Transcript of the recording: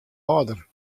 âlder